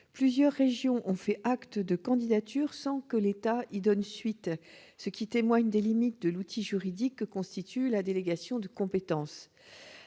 Plusieurs régions ont fait acte de candidature sans que l'État y donne suite, ce qui témoigne des limites de l'outil juridique que constitue la délégation de compétence.